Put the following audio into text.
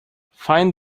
find